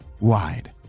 wide